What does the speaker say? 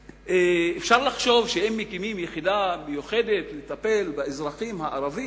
אפשר לחשוב שאם מקימים יחידה מיוחדת לטפל באזרחים הערבים,